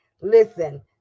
listen